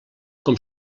com